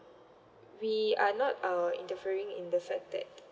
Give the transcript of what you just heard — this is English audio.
we are not uh indifferent in the fact that